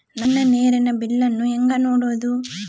ನನ್ನ ನೇರಿನ ಬಿಲ್ಲನ್ನು ಹೆಂಗ ನೋಡದು?